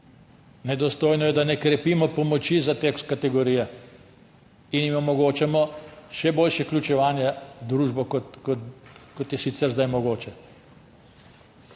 Nedostojno je, da ne krepimo pomoči za te kategorije in jim ne omogočamo še boljšega vključevanja v družbo, kot je sicer zdaj mogoče.